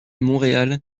montréal